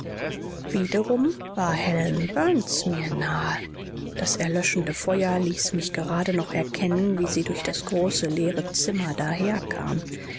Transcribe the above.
wiederum war helen burns mir nahe das erlöschende feuer ließ mich gerade noch erkennen wie sie durch das große leere zimmer daher